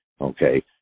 okay